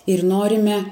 ir norime